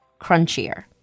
crunchier